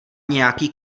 nějaký